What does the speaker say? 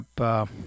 up